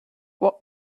what